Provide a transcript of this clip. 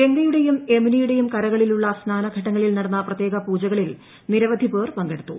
ഗംഗയുടെയും യമുനയുടെയും കരകളിലുള്ള സ്നാനഘട്ടങ്ങളിൽ നടന്ന പ്രത്യേക പൂജകളിൽ നിരവധി പേർ പങ്കെടുത്തു